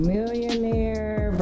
Millionaire